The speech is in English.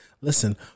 listen